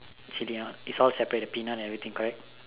actually is all separate in the peanut everything correct